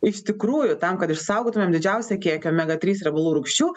iš tikrųjų tam kad išsaugotumėm didžiausią kiekį omega trys riebalų rūgščių